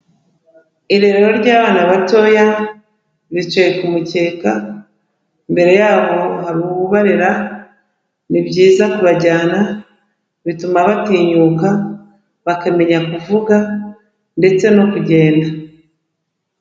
Irerero ry'abana batoya, bicaye ku mukeka imbere yabo hari ubarera, ni byiza kubajyana bituma batinyuka, bakamenya kuvuga ndetse no kugenda.